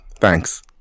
Thanks